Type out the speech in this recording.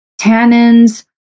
tannins